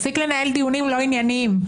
תפסיק לנהל דיונים לא ענייניים.